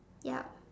yup